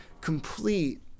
Complete